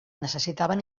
necessitaven